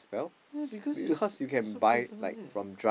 yea because it's so prevalent there